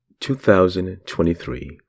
2023